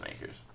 Makers